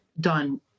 done